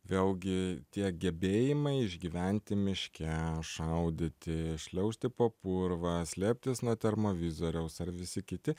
vėlgi tie gebėjimai išgyventi miške šaudyti šliaužti po purvą slėptis nuo termovizoriaus ar visi kiti